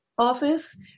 office